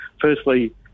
Firstly